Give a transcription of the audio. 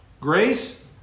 grace